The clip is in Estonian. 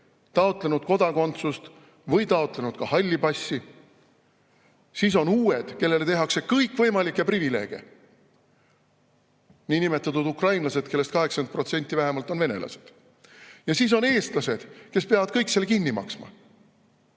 taotlenud kodakondsust või halli passi. Siis on [meil need] uued, kellele antakse kõikvõimalikke privileege, niinimetatud ukrainlased, kellest vähemalt 80% on venelased. Ja siis on eestlased, kes peavad kõik selle kinni maksma.